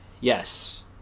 Yes